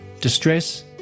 Distress